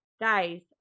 guys